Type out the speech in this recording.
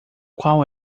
qual